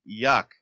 yuck